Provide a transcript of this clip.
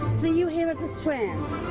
see you here at the strand.